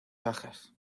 bajas